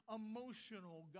emotional